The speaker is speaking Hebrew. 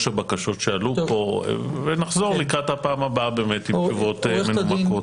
הבקשות שעלו פה ונחזור לקראת הפעם הבאה עם תשובות מנומקות.